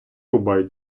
рубай